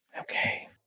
Okay